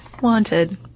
Wanted